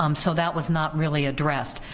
um so that was not really addressed.